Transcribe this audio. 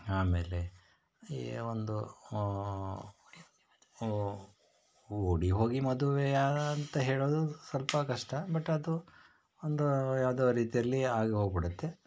ಆಮೇಲೆ ಈ ಒಂದು ಓಡಿ ಹೋಗಿ ಮದ್ವೆಯಾದ ಅಂತ ಹೇಳೋದು ಸ್ವಲ್ಪ ಕಷ್ಟ ಬಟ್ ಅದು ಒಂದು ಯಾವುದೋ ರೀತಿಯಲ್ಲಿ ಆಗಿ ಹೋಗ್ಬಿಡತ್ತೆ